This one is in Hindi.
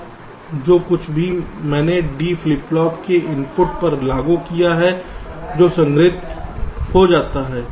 तो जो कुछ भी मैंने D फ्लिप फ्लॉप के इनपुट पर लागू किया है जो संग्रहीत हो जाता है